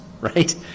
right